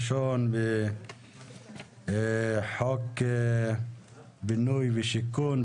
דיון ראשון בחוק בינוי ושיכון,